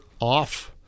off